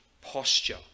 posture